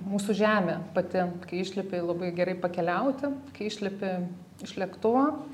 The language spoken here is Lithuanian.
mūsų žemė pati kai išlipi labai gerai pakeliauti kai išlipi iš lėktuvo